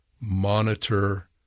monitor